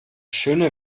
schöne